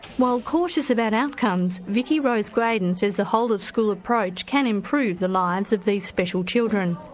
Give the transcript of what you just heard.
while cautious about outcomes vikki rose graydon says the whole of school approach can improve the lives of these special children.